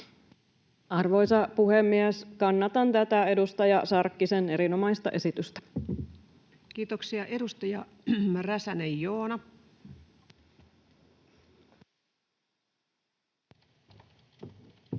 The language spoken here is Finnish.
Arvoisa puhemies! Kannatan tätä edustaja Sarkkisen erinomaista esitystä. Kiitoksia. — Edustaja Räsänen, Joona. Arvoisa